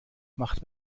macht